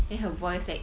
then her voice like